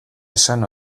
esan